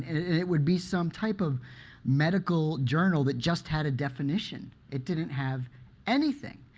it would be some type of medical journal that just had a definition. it didn't have anything.